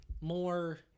More